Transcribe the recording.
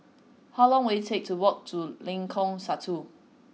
how long will it take to walk to Lengkong Satu